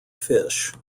fish